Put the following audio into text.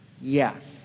Yes